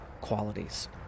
qualities